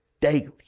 daily